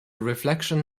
reflection